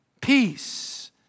Peace